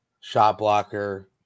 shot-blocker